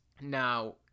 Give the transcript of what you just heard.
Now